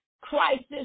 crisis